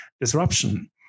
disruption